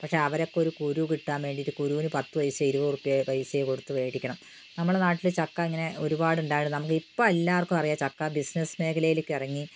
പക്ഷെ അവരൊക്കെ ഒരു കുരു കിട്ടാൻ വേണ്ടിയിട്ട് കുരുവിന് പത്ത് പൈസ ഇരുപത് രൂപ പൈസയെ കൊടുത്ത് മേടിക്കണം നമ്മുടെ നാട്ടില് ചക്ക ഇങ്ങനെ ഒരുപാട് ഉണ്ടായാലും ഇപ്പോൾ എല്ലാവർക്കും അറിയാം ചക്ക ബിസിനസ് മേഖലയിലേക്ക് ഇറങ്ങി